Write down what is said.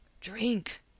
Drink